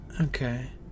Okay